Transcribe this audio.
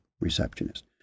receptionist